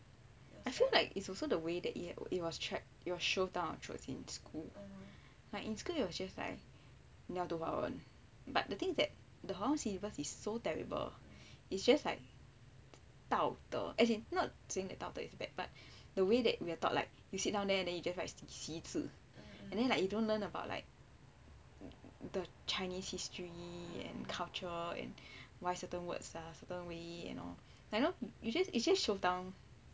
I feel like it's also the way that it was track~ it was shoved down our throats in school like instead it was just like 你要读华文 but the thing is that the 华文 syllabus is so terrible it's just like 道德 as in not saying 道德 is bad but the way that we are taught like you sit down there then you just write 习字 then like you don't learn about like the chinese history and culture and why certain words are certain way and you know like it's just shoved down your throat you understand